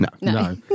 No